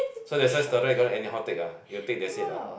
so that's why steroids cannot anyhow take ah you take that's it lah